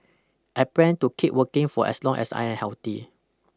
I plan to keep working for as long as I am healthy